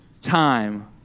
time